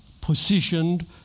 positioned